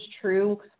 true